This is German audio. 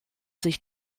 sich